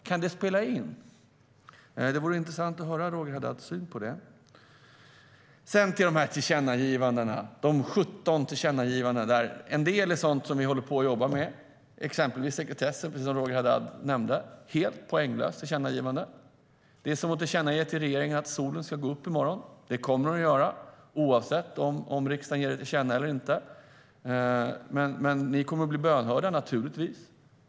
Kan det spela in? När det gäller de 17 tillkännagivandena är en del sådant som vi håller på att jobba med. Det gäller till exempel sekretessen, som Roger Haddad nämnde. Det är ett helt poänglöst tillkännagivande. Det är som att tillkännage för regeringen att solen ska gå upp i morgon. Det kommer den att göra oavsett om riksdagen tillkännager det eller inte. Ni kommer givetvis att bli bönhörda.